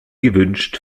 gewünscht